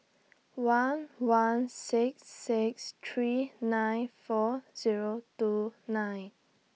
one one six six three nine four Zero two nine